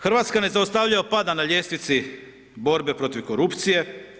Hrvatsko nezaustavljivo pada na ljestvici borbe protiv korupcije.